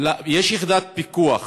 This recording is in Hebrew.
יש יחידת פיקוח